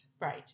Right